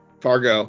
fargo